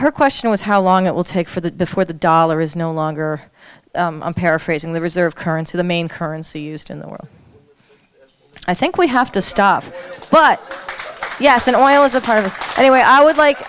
her question was how long it will take for the for the dollar is no longer i'm paraphrasing the reserve currency the main currency used in the world i think we have to stop but yes and i was a part of the way i would like